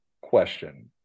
question